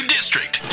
District